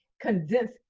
condense